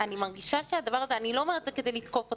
אני לא אומרת את זה כדי לתקוף אתכם,